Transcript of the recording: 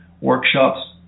workshops